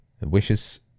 Wishes